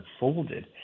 unfolded